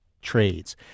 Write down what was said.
trades